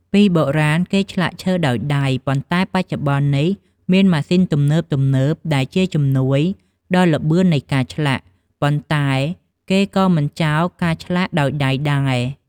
ពីបុរាណគេឆ្លាក់ឈើដោយដៃ ប៉ុន្តែបច្ចុប្បន្ននេះមានម៉ាសុីនទំនើបៗដែលជាជំនួយដល់ល្បឿននៃការឆ្លាក់ ប៉ុន្តែគេក៏មិនចោលការឆ្លាក់ដោយដៃដែរ។